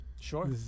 Sure